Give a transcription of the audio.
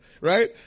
right